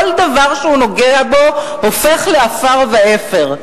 כל דבר שהוא נוגע בו הופך לעפר ואפר.